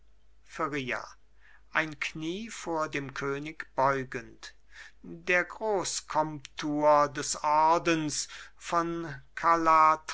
feria ein knie vor dem könig beugend der großkomtur des ordens von